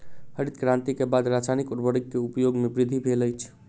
हरित क्रांति के बाद रासायनिक उर्वरक के उपयोग में वृद्धि भेल अछि